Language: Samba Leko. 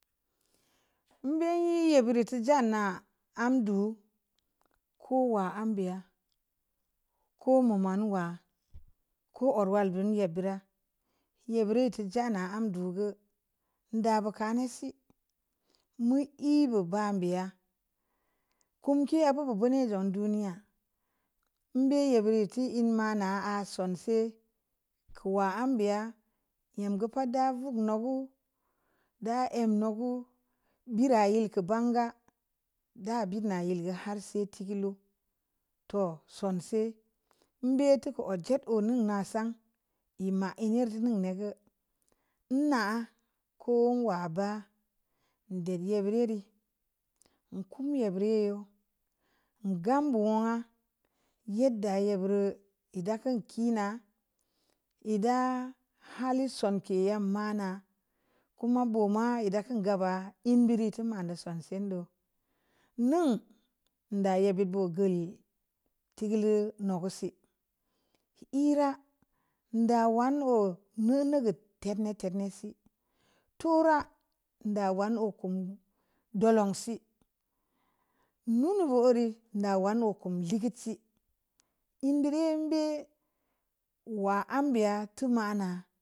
be’ e'e’ a buru tu jana anda’ ko wa ambiya ko’ mu ma nuwa ko wal wal bun eer dərə ye buru to’ jana am do’ go nda ba ka ne’ si mu e’ ba ban b'i'a kum k'e'a babo vani zə'un duniya mbe ye’ bure’ itti nne mana aa son se’ ku wa mbe 'a'a nyem gə pa da vunu gə da əm ne’ gə bira e’ yel ban'k ga da bina yel har se’ tigulu to'o’ sonse’ e'e’ be’ tuku ojed o’ nun na sangə əma aa ne jer na gə nne'a koo'a’ ba de'e ye bire’ ri rim kə ye bire o’ mgam bo'aa a'a’ yeddə bareu eda kan e’ na'a ye'dda hali son ke’ yam mana koma buma ye da'ak kan gaba in bureu tuma don sonse’ do nda i babo gə e’ ti gulu nohu si e’ ra dawan o’ gə e’ ti gulu nohu si e’ ra dawan o’ nunu gət tek ne’ tekne’ si tura da gan nu kon doloon si mu vu o’ ri nawan ko de'gə li si nbiri əmbi wa am b'i'a too mana.